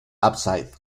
ábside